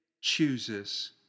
chooses